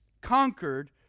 conquered